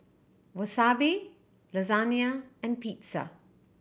Wasabi Lasagne and Pizza